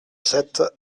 sept